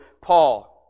paul